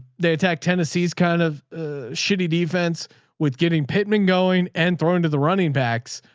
they attacked. tennessee's kind of a shitty defense with getting pitman going and thrown into the running backs.